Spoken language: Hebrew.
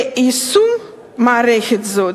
ויישום מערכת זו